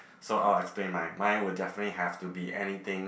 so I will explain mine mine would definitely have to be anything